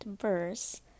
verse